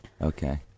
Okay